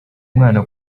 umwana